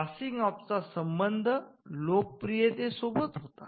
passing off चा संबंध लोकप्रियते सोबत होता